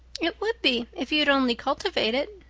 it would be if you'd only cultivate it,